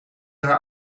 haar